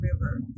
River